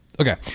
Okay